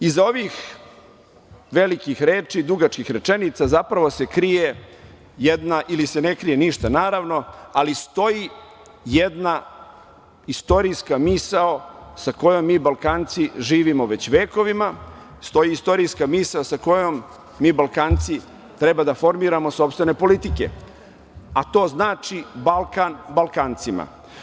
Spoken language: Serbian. Iza ovih velikih reči i dugačkih rečenica zapravo se krije ili se ne krije ništa, naravno, ali stoji jedna istorijska misao sa kojom mi Balkanci živimo već vekovima, stoji istorijska misao sa kojom mi Balkanci treba da formiramo sopstvene politike, a to znači Balkan Balkancima.